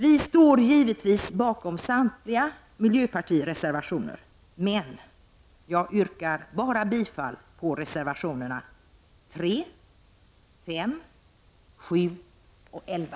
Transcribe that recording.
Vi står givetvis bakom samtliga miljöpartireservationer, men jag yrkar bifall bara till reservationerna 3, 5, 7 och 11.